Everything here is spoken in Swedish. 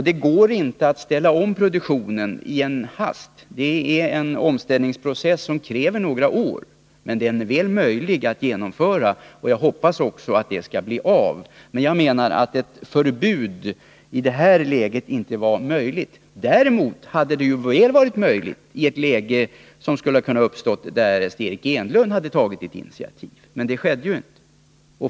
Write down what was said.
Det går inte att ställa om produktionen i en hast. Det är en omställningsprocess som kräver några år, men den är mycket väl möjlig att genomföra. Jag hoppas också att det skall bli av. Jag menar att ett förbud i det här sammanhanget inte var möjligt. Däremot hade det varit möjligt i ett läge som skulle ha kunnat uppstå därest Eric Enlund hade tagit initiativ. Men det skedde ju inte.